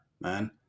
man